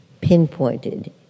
pinpointed